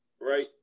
Right